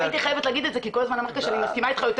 הייתי חייבת להגיד את זה כי כל הזמן אמרת שאני מסכימה איתך יותר